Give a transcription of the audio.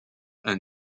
and